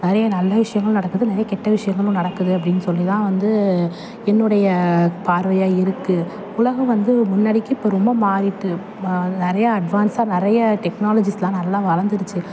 நிறைய நல்ல விஷயங்களும் நடக்குது நிறைய கெட்ட விஷயங்களும் நடக்குது அப்படின்னு சொல்லி தான் வந்து என்னுடைய பார்வையாக இருக்குது உலகம் வந்து முன்னாடிக்கு இப்போ ரொம்ப மாறிட்டு அதில் நிறையா அட்வான்ஸாக நிறைய டெக்னாலஜிஸ்லாம் நல்லா வளர்ந்துருச்சி